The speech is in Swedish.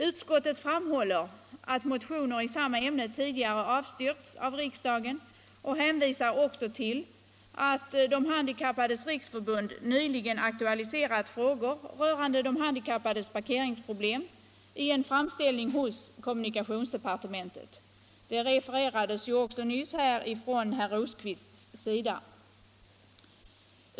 Utskottet framhåller att motioner i ämnet tidigare avslagits av riks dagen och hänvisar till att De handikappades riksförbund nyligen aktualiserat frågor rörande de handikappades parkeringsproblem i en framställning hos kommunikationsdepartementet. Det refererades också här nyss av herr Rosqvist.